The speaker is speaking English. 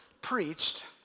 preached